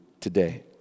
today